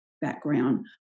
background